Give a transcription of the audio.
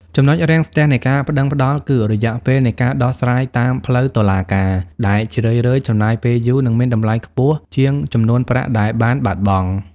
ចំណុចរាំងស្ទះនៃការប្ដឹងផ្ដល់គឺ "រយៈពេលនៃការដោះស្រាយតាមផ្លូវតុលាការ" ដែលជារឿយៗចំណាយពេលយូរ និងមានតម្លៃខ្ពស់ជាងចំនួនប្រាក់ដែលបានបាត់បង់។